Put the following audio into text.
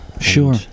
sure